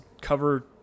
cover